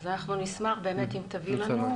אנחנו נשמח באמת אם תביא לנו,